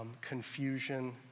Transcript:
confusion